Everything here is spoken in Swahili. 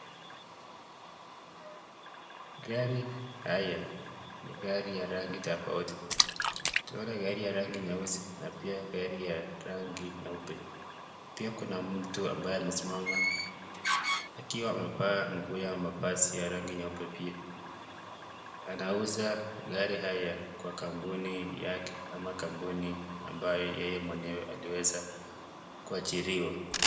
Gari haya ni gari ya rangi tofauti. Tunaona gari ya rangi nyeusi na pia gari ya rangi nyeupe. Pia kuna mtu ambaye amesimama akiwa amevaa nguo ya mavazi ya rangi nyeupe pia anauza gari haya kwa kampuni yake ama kampuni ambayo yeye mwenyewe aliweza kuajiriwa.